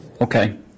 okay